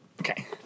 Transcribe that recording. Okay